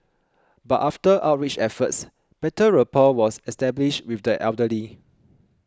but after outreach efforts better rapport was established with the elderly